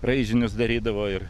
raižinius darydavo ir